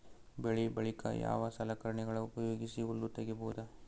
ಬೆಳಿ ಬಳಿಕ ಯಾವ ಸಲಕರಣೆಗಳ ಉಪಯೋಗಿಸಿ ಹುಲ್ಲ ತಗಿಬಹುದು?